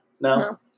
No